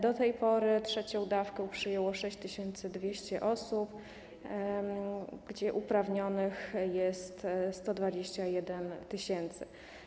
Do tej pory trzecią dawkę przyjęło 6200 osób, a uprawnionych jest 121 tys.